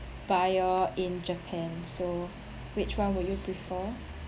buyer in japan so which [one] would you prefer